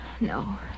No